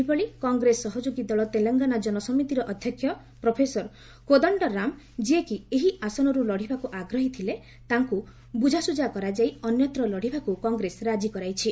ସେହିଭଳି କଂଗ୍ରେସ ସହଯୋଗୀ ଦଳ ତେଲଙ୍ଗାନା ଜନସମିତିର ଅଧ୍ୟକ୍ଷ ପ୍ରଫେସର କୋଦଶ୍ଡରାମ ଯିଏକି ଏହି ଆସନରୁ ଲଢ଼ିବାକୁ ଆଗ୍ରହୀ ଥିଲେ ତାଙ୍କୁ ବୁଝାଶୁଝା କରାଯାଇ ଅନ୍ୟତ୍ର ଲଢ଼ିବାକୁ କଂଗ୍ରେସ ରାଜି କରାଇଛି